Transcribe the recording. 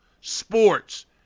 sports